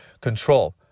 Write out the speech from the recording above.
Control